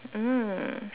mm